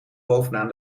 bovenaan